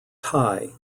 tai